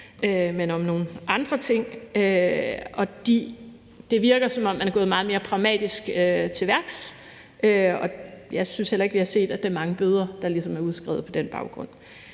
men om nogle andre ting. Det virker, som om man er gået meget mere pragmatisk til værks, og jeg synes heller ikke, vi har set, at der er blevet udskrevet mange bøder på den baggrund.